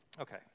Okay